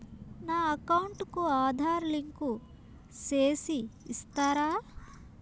నా అకౌంట్ కు ఆధార్ లింకు సేసి ఇస్తారా?